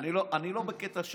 אני לא בקטע של